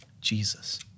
Jesus